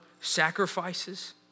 sacrifices